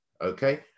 Okay